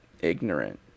ignorant